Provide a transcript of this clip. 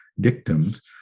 dictums